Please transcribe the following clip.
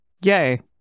Yay